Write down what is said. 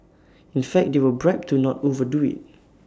in fact they were bribed to not overdo IT